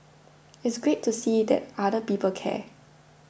it's great to see that other people care